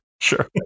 Sure